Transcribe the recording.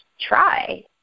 try